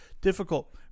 difficult